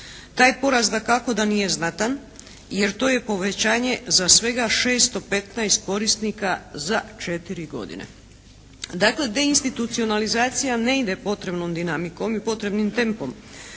Taj porast dakako da nije znatan jer to je povećanje za svega 615 korisnika za četiri godine. Dakle deinstitucionalizacija ne ide potrebnom dinamikom i potrebnim tempom.